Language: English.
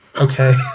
Okay